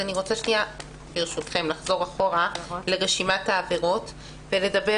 אני רוצה לחזור אחורה לרשימת העבירות ולדבר